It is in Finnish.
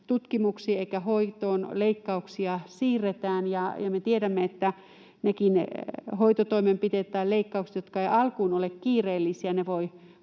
tutkimuksiin eivätkä hoitoon, leikkauksia siirretään, ja me tiedämme, että nekin hoitotoimenpiteet tai leikkaukset, jotka eivät alkuun ole kiireellisiä,